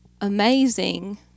amazing